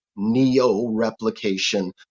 neo-replication